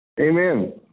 Amen